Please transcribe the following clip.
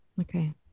okay